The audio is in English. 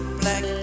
black